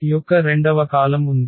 యొక్క రెండవ కాలమ్ ఉంది